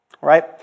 right